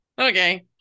Okay